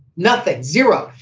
nothing. zero.